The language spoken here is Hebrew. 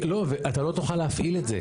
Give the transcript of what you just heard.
לא, ואתה לא תוכל להפעיל את זה.